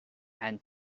and